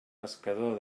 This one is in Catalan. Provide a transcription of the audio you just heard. pescador